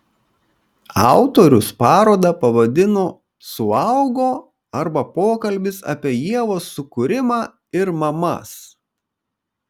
autorius parodą pavadino suaugo arba pokalbis apie ievos sukūrimą ir mamas